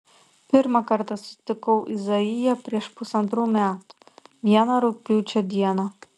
pirmą kartą sutikau izaiją prieš pusantrų metų vieną rugpjūčio dieną